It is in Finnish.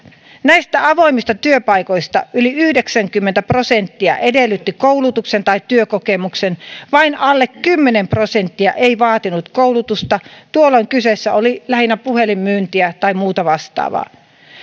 näistä avoimista työpaikoista yli yhdeksänkymmentä prosenttia edellytti koulutuksen tai työkokemuksen vain alle kymmenen prosenttia ei vaatinut koulutusta tuolloin kyseessä oli lähinnä puhelinmyyntiä tai muuta vastaavaa